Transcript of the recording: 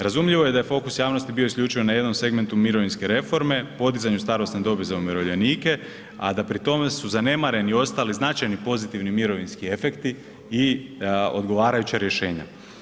Razumljivo je da je fokus javnosti bio isključivo na jednom segmentu mirovinske reforme, podizanju starosne dobi za umirovljenika, a da pri tome su zanemareni ostali značajni pozitivni mirovinski efekti i odgovarajuća rješenja.